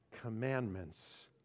commandments